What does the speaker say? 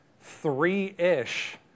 three-ish